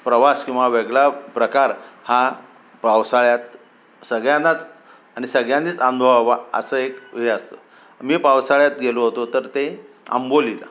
प्रवास किंवा वेगळा प्रकार हा पावसाळ्यात सगळ्यांनाच आणि सगळ्यांनीच अनुभवावा असं एक हे असतं मी पावसाळ्यात गेलो होतो तर ते अंबोलीला